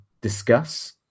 discuss